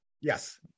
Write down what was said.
Yes